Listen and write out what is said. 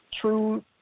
true